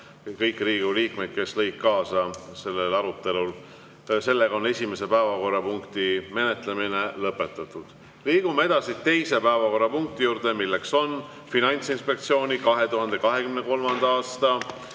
kõiki Riigikogu liikmeid, kes lõid kaasa sellel arutelul! Esimese päevakorrapunkti menetlemine on lõpetatud. Liigume edasi teise päevakorrapunkti juurde, milleks on Finantsinspektsiooni 2023. aasta